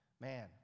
Man